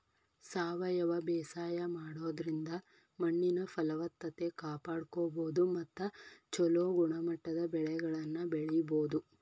ಸಾವಯವ ಬೇಸಾಯ ಮಾಡೋದ್ರಿಂದ ಮಣ್ಣಿನ ಫಲವತ್ತತೆ ಕಾಪಾಡ್ಕೋಬೋದು ಮತ್ತ ಚೊಲೋ ಗುಣಮಟ್ಟದ ಬೆಳೆಗಳನ್ನ ಬೆಳಿಬೊದು